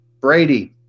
Brady